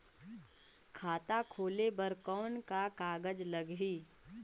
खाता खोले बर कौन का कागज लगही?